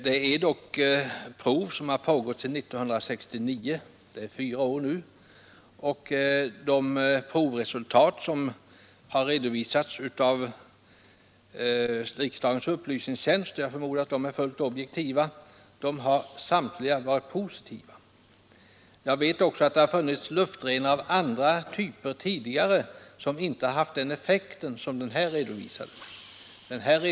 Prov har ändå pågått sedan 1969 — det är fyra år nu — och de resultat som har redovisats av riksdagens upplysningstjänst, och som jag förmodar är fullt objektiva, har samtliga varit positiva. Jag vet också att det tidigare har funnits luftrenare av andra typer, som inte haft samma effekt som den här redovisade.